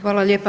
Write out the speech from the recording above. Hvala lijepo.